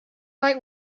like